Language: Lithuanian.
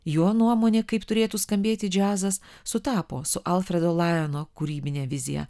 jo nuomonė kaip turėtų skambėti džiazas sutapo su alfredo lajono kūrybine vizija